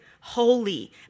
holy